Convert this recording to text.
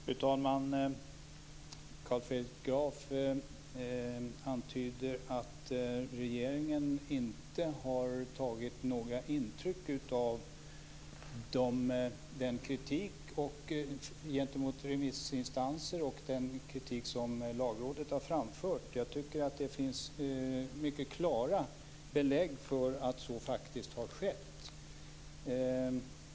Fru talman! Carl Fredrik Graf antyder att regeringen inte har tagit några intryck av den kritik som remissinstanser och Lagrådet har framfört. Jag tycker att det finns mycket klara belägg för att så har skett.